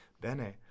bene